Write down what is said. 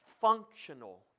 functional